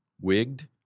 wigged